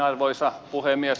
arvoisa puhemies